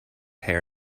hair